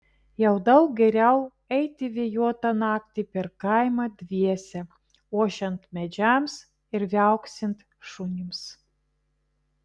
jau daug geriau eiti vėjuotą naktį per kaimą dviese ošiant medžiams ir viauksint šunims